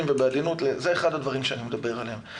בעדינות זה אחד הדברים שאני מדבר עליהם.